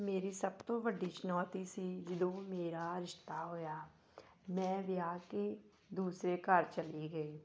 ਮੇਰੀ ਸਭ ਤੋਂ ਵੱਡੀ ਚੁਣੌਤੀ ਸੀ ਜਦੋਂ ਮੇਰਾ ਰਿਸ਼ਤਾ ਹੋਇਆ ਮੈਂ ਵਿਆਹ ਕੇ ਦੂਸਰੇ ਘਰ ਚਲੀ ਗਈ